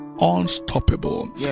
unstoppable